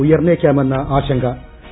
ഉയർന്നേക്കാമെന്ന് ആൾക്ക്